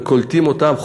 וקולטים אותם,